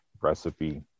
recipe